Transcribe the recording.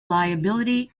liability